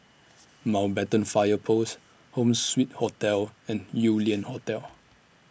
Mountbatten Fire Post Home Suite Hotel and Yew Lian Hotel